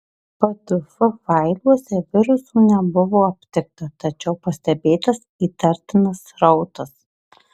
pdf failuose virusų nebuvo aptikta tačiau pastebėtas įtartinas srautas